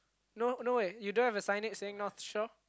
no no way you don't have a signage saying North Shore